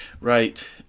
Right